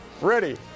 Ready